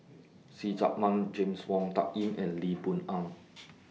See Chak Mun James Wong Tuck Yim and Lee Boon Ngan